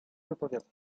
wypowiadać